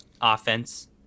offense